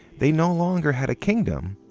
they no longer had a kingdom,